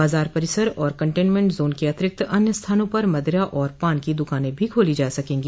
बाजार परिसर और कंटेन्मेंट जोन के अतिरिक्त अन्य स्थानों पर मदिरा और पान की दुकानें भी खोली जा सकेंगी